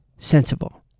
sensible